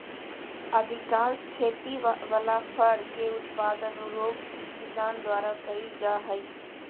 अधिकांश खेती वला फर के उत्पादन यूरोप किसान द्वारा कइल जा हइ